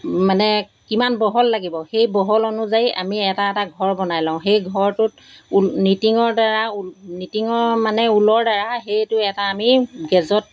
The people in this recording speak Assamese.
মানে কিমান বহল লাগিব সেই বহল অনুযায়ী আমি এটা এটা ঘৰ বনাই লওঁ সেই ঘৰটোত ঊল নিটিঙৰ দ্বাৰা ঊল নিটিঙৰ মানে ঊলৰ দ্বাৰা সেইটো এটা আমি গেজত